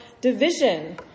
division